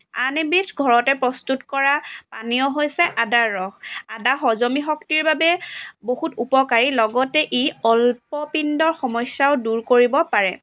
আন এবিধ ঘৰতে প্ৰস্তুত কৰা পানীয় হৈছে আদাৰ ৰস আদা হজমী শক্তিৰ বাবে বহুত উপকাৰী লগতে ই অল্পপিণ্ড সমস্যাও দূৰ কৰিব পাৰে